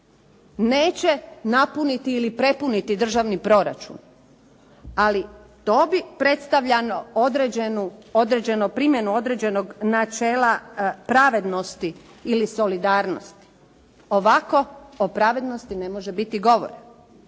Neće napuniti ili prepuniti državni proračun, ali to bi predstavljalo primjenu određenog načela pravednosti ili solidarnosti. Ovako o pravednosti ne može biti govora.